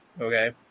okay